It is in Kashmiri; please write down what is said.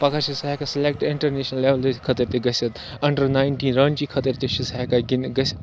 پَگاہ چھِ سُہ ہٮ۪کا سٕلٮ۪کٹ اِنٹَرنیشںل لٮ۪ولہِ خٲطرٕ تہِ گٔژھِتھ اَنڈَر نایٹیٖن رانچی خٲطرٕ تہِ چھِ سُہ ہٮ۪کا گِنٛدِتھ گٔژھۍ